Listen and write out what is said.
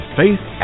faith